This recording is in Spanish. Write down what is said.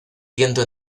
viento